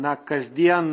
na kasdien